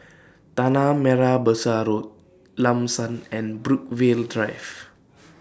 Tanah Merah Besar Road Lam San and Brookvale Drive